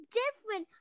different